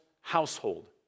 household